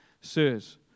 sirs